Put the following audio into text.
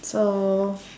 so